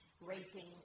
raping